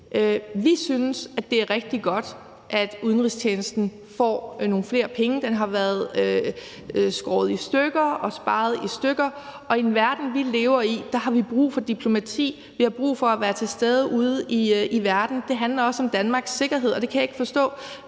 Vi synes, det er rigtig godt, at udenrigstjenesten får nogle flere penge. Den har været skåret i stykker og sparet i stykker, og med den verden, vi lever i, har vi brug for diplomati. Vi har brug for at være til stede ude i verden. Det handler også om Danmarks sikkerhed, og det kan jeg ikke forstå